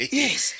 yes